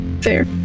Fair